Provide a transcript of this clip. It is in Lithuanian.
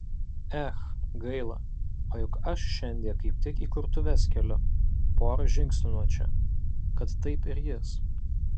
ech gaila o juk aš šiandie kaip tik įkurtuves keliu pora žingsnių nuo čia kad taip ir jis